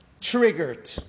Triggered